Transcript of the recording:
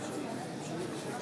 להלן תוצאות